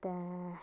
ते